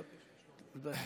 אדוני.